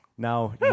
Now